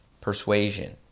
persuasion